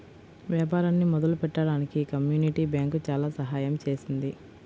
వ్యాపారాన్ని మొదలుపెట్టడానికి community bank చాలా సహాయం చేసింది